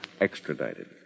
Extradited